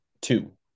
two